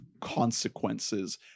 consequences